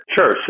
sure